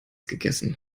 gegessen